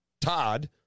Todd